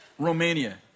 Romania